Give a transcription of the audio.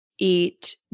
eat